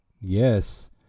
Yes